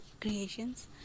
creations